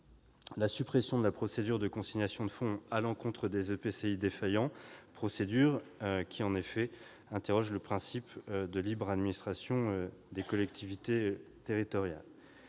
la suppression de la procédure de consignation de fonds à l'encontre des EPCI défaillants, procédure qui, en effet, pose la question de l'application du principe de libre administration des collectivités territoriales.